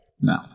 No